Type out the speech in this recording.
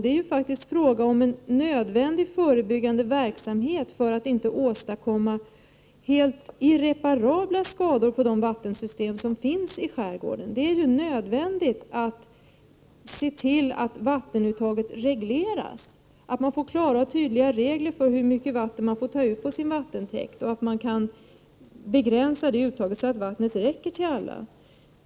Det är faktiskt fråga om en nödvändig förebyggande verksamhet för att man inte skall åstadkomma helt irreparabla skador på de vattensystem som finns i skärgården. Det är nödvändigt att se till att vattenuttaget regleras, att man får klara och tydliga regler för hur mycket vatten man får ta ut på sin vattentäkt. Detta uttag måste begränsas, så att vattnet räcker till alla.